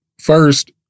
First